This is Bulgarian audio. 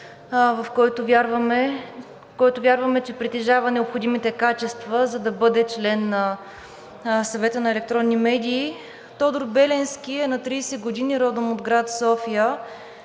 който вярваме, че притежава необходимите качества, за да бъде член на Съвета за електронни медии. Тодор Беленски е на 30 години и е родом от град София.